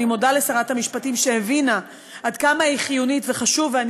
אני מודה לשרת המשפטים שהבינה עד כמה היא חיונית וחשובה,